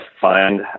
find